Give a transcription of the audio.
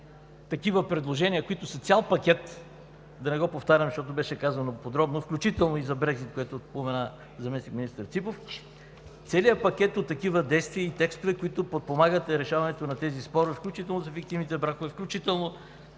такива предложения, които са цял пакет – да не го повтарям, защото беше казано подробно, включително и за Брекзит, което спомена заместник-министър Ципов. Целият пакет от такива действия и текстове, които подпомагат решаването на тези спорове, включително за фиктивните бракове, включително